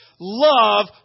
love